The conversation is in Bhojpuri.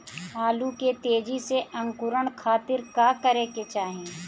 आलू के तेजी से अंकूरण खातीर का करे के चाही?